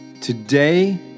Today